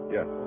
Yes